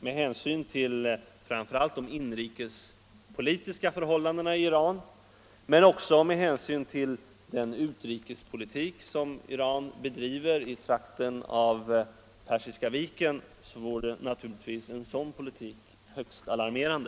Med hänsyn framför allt till de inrikespolitiska förhållandena i Iran men också med hänsyn till den utrikespolitik som Iran bedriver i trakten av Persiska viken vore naturligtvis en vapenexport högst alarmerande.